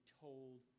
told